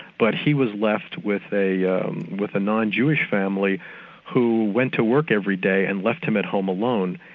but he was left with a yeah um with a non jewish family who went to work every day and left him at home alone.